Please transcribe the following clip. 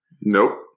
Nope